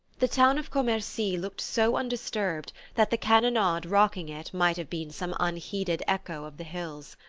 the town of commercy looked so undisturbed that the cannonade rocking it might have been some unheeded echo of the hills.